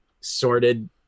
sorted